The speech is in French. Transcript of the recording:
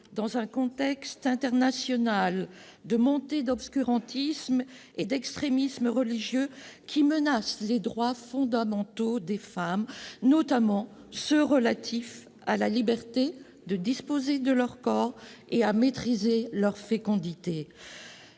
dans un contexte international de montée de l'obscurantisme et des extrémismes religieux qui menacent les droits fondamentaux des femmes, notamment leur liberté de disposer de leur corps et de maîtriser leur fécondité.